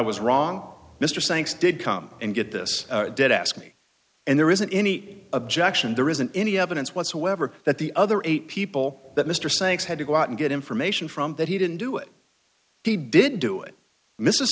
was wrong mr thanks did come and get this did ask me and there isn't any objection there isn't any evidence whatsoever that the other eight people that mr sakes had to go out and get information from that he didn't do it he didn't do it miss